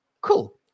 cool